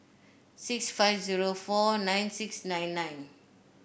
six five zero four nine six nine nine